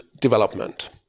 development